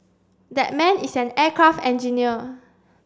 that man is an aircraft engineer